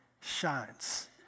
shines